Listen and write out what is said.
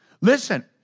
Listen